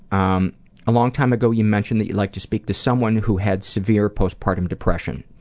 um a long time ago you mentioned that you'd like to speak to someone who had severe post-partum depression.